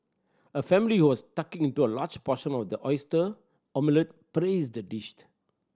a family who was tucking in into a large portion of the oyster omelette praised the dished